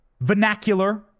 vernacular